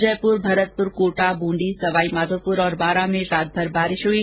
जयपुर भरतपुर कोटा बूंदी सवाईमाघोपुर और बारा में रातमर बारिश हुई